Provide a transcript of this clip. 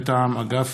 מטעם אגף